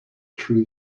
true